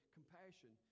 compassion